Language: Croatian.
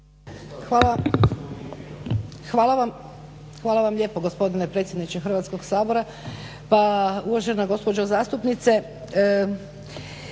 Hvala vam lijepo gospodine predsjedniče Hrvatskog sabora. Pa uvažena gospođo zastupnice